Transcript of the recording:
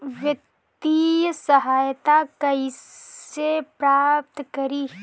वित्तीय सहायता कइसे प्राप्त करी?